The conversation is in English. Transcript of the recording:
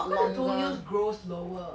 because your toenails grow slower